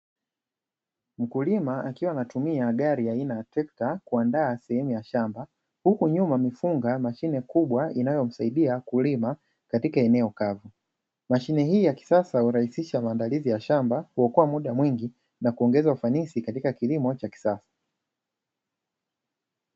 Mkulima akiwa anatumia gari aina ya trekta kuandaa sehemu ya shamba huku nyuma amefunga mashine kubwa inayomsaidia kulima katika eneo kavu, mashine hii ya kisasa hurahisisha maandalizi ya shamba kuokoa muda mwingi na kuongeza ufanisi katika ulimaji wa kisasa.